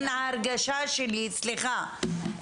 סליחה,